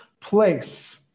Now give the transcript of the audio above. place